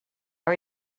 are